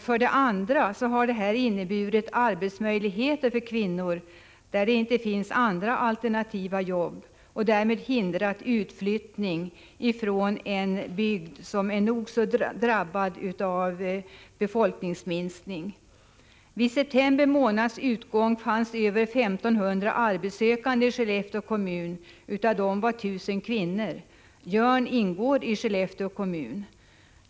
För det andra har detta inneburit arbetsmöjligheter för kvinnor på en ort där det inte finns andra alternativa jobb och därmed hindrat utflyttning från en bygd som är nog så drabbad av befolkningsminskning. Vid september månads utgång fanns över 1 500 arbetssökande i Skellefteå kommun. Av dem var 1 000 kvinnor. Jörn ingår i Skellefteå kommun.